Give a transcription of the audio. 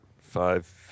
five